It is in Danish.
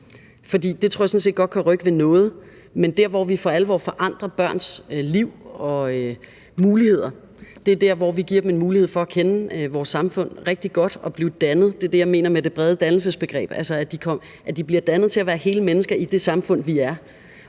set godt tror kan rykke ved noget. Men der, hvor vi for alvor forandrer børns liv og muligheder, er der, hvor vi giver dem en mulighed for at kende vores samfund rigtig godt og blive dannede. Det er det, jeg mener med det brede dannelsesbegreb, altså at de bliver dannet til at være hele mennesker i det samfund, vi er.